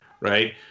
right